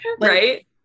Right